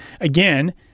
Again